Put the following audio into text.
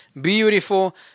beautiful